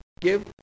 give